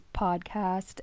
podcast